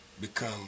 become